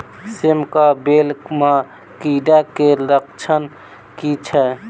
सेम कऽ बेल म कीड़ा केँ लक्षण की छै?